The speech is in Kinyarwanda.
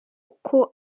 uko